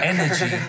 Energy